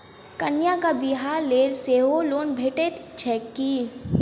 कन्याक बियाह लेल सेहो लोन भेटैत छैक की?